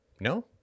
No